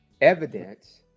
evidence